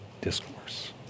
Discourse